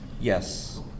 Yes